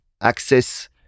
access